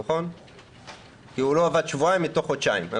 כי הוא לא עבד שבועיים מתוך חודשיים.